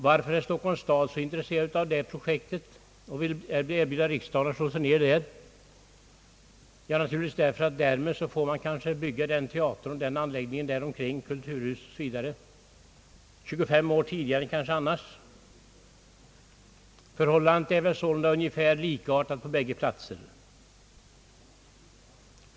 Varför är Stockholms stad så intresserad av att erbjuda riksdagen att slå sig ner vid Sergels torg? Naturligtvis därför att staden därmed får bygga teater och övriga anläggningar — kulturhus m.m. — kanske 25 år tidigare än annars. Förhållandet är sålunda ungefär likartat på bägge platserna.